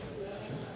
Hvala.